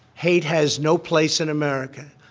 hate has no place in america.